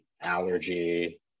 allergy